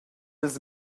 ils